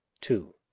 two